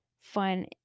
fun